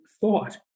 thought